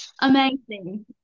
Amazing